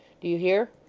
do you hear?